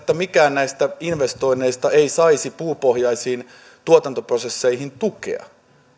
mikään näistä investoinneista ei saisi puupohjaisiin tuotantoprosesseihin tukea